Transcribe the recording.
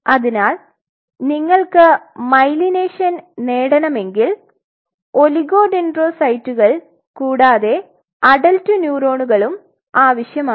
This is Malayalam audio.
അതിനാൽ നിങ്ങൾക്ക് മൈലിനേഷൻ നേടണമെങ്കിൽ ഒളിഗോഡെൻഡ്രോസൈറ്റുകൾ കൂടാതെ അഡൽറ്റ് ന്യൂറോണുകളും ആവശ്യമാണ്